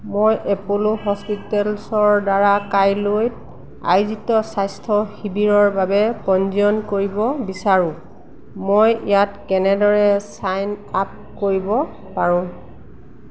মই এপ'লো হস্পিতেলছৰ দ্বাৰা কাইলৈ আয়োজিত স্বাস্থ্য শিবিৰৰ বাবে পঞ্জীয়ন কৰিব বিচাৰোঁ মই ইয়াত কেনেদৰে ছাইন আপ কৰিব পাৰোঁ